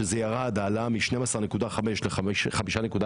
שזה ירד ההעלאה מ-12.5% ל-5.1%,